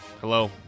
Hello